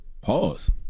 Pause